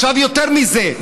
יותר מזה,